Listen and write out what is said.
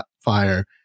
Fire